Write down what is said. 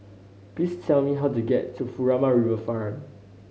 please tell me how to get to Furama Riverfront